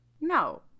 No